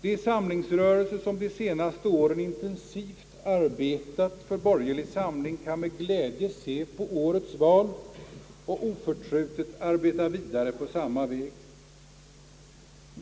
De samlingsrörelser som de senaste åren intensivt arbetat för borgerlig samling kan med glädje se på årets val och oförtrutet arbeta vidare på samma väg.